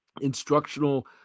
instructional